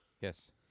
Yes